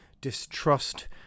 distrust